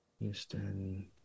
Houston